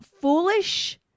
foolish